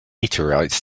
meteorites